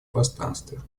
пространстве